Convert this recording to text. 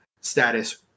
status